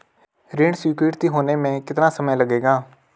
ऋण स्वीकृति होने में कितना समय लगेगा?